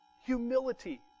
Humility